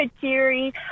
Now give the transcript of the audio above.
cheery